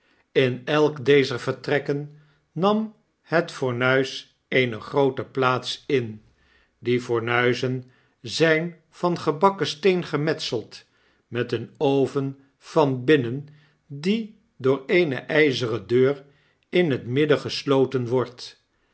in elk dezer vertrekken nam het fornuis eene groote plaats in die fornuizen zijn van gebakken steen gemetseld met een oven van binnen die door eene yzeren deur in het midden gesloten wordt